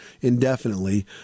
indefinitely